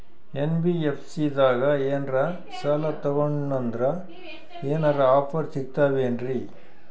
NBFC ದಾಗ ಏನ್ರ ಸಾಲ ತೊಗೊಂಡ್ನಂದರ ಏನರ ಆಫರ್ ಸಿಗ್ತಾವೇನ್ರಿ?